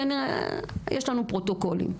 יש לנו פרוטוקולים.